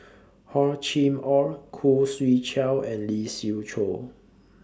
Hor Chim Or Khoo Swee Chiow and Lee Siew Choh